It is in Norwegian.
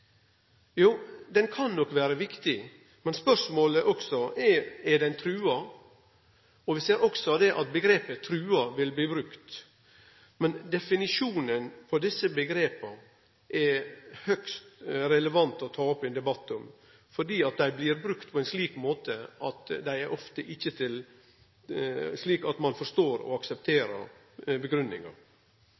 kan nok vere viktig, men spørsmålet er om det er trua. Vi ser også at omgrepet «trua» vil bli brukt. Men definisjonen av desse omgrepa er det høgst relevant å ta ein debatt om, for dei blir brukte på ein slik måte at ein ikkje forstår og aksepterer grunngivinga. Når det gjeld lovverket, er det viktig med legitimitet, og det er avgjerande for at ein